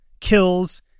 kills